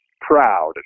proud